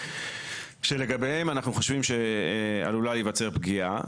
לגביהם אנחנו חושבים שעלולה להיווצר פגיעה.